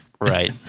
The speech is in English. right